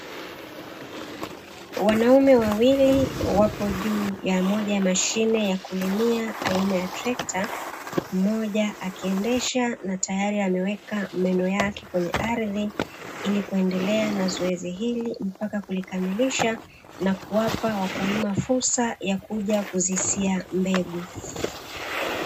Wanaume wawili wapo juu ya moja ya mashine ya kulimia aina ya trekta mmoja akiendesha na tayari ameweka meno yake kwenye ardhi, ili kuendelea na zoezi hili mpaka kulikamilisha na kuwapa wakulima fursa ya kuja kuzisia mbengu.